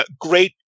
Great